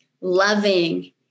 loving